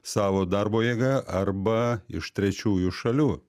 savo darbo jėga arba iš trečiųjų šalių